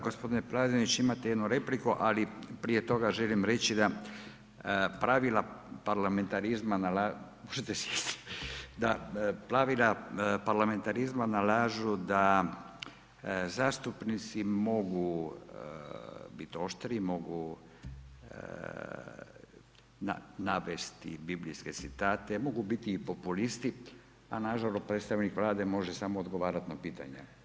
Gospodin Plazonić imate jednu repliku, ali prije toga želim reći da, pravila parlamentarizma, možete sjesti, pravila parlamentarizma nalažu da zastupnici mogu biti oštri, mogu navesti biblijske citate, mogu biti i populisti, a nažalost, predstavnik Vlade, može samo odgovarati na pitanje.